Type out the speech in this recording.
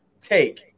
Take